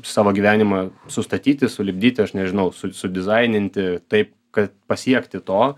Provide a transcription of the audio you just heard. savo gyvenimą sustatyti sulipdyti aš nežinau su sudizaininti taip kad pasiekti to